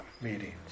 meetings